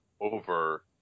over